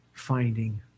finding